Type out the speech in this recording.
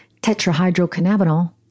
tetrahydrocannabinol